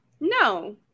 No